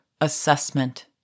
assessment